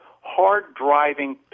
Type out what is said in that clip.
hard-driving